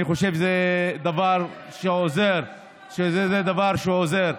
אני חושב שזה דבר שעוזר, זה דבר שעוזר.